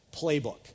Playbook